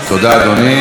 תודה, אדוני.